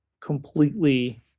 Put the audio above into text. completely